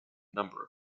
number